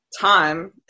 time